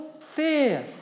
fear